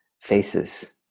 faces